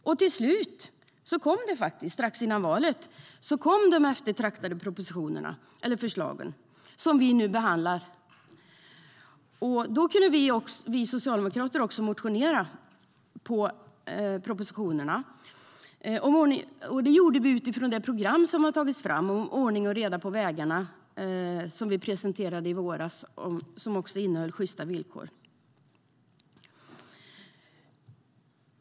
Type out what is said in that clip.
Och till slut kom faktiskt strax före valet de eftertraktade förslagen, som vi nu behandlar. Då kunde vi socialdemokrater också motionera på propositionerna. Det gjorde vi utifrån det program om ordning och reda på vägarna som vi presenterade i våras och som också innehöll förslag gällande sjysta villkor.